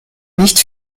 nicht